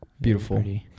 Beautiful